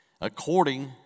according